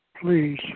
please